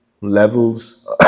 levels